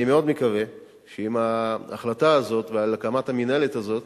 אני מאוד מקווה שעם ההחלטה הזאת על הקמת המינהלת הזאת,